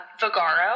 Vegaro